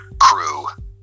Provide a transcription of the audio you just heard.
crew